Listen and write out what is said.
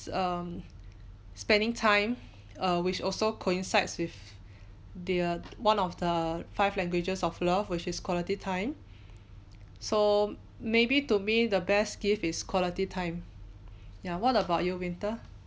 um spending time err which also coincides with the one of the five languages of love which is quality time so maybe to me the best gift is quality time yeah what about you winter